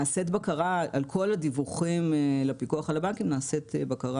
על כל הדיווחים לפיקוח על הבנקים נעשית בקרה